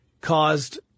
caused